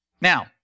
Now